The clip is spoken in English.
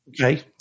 okay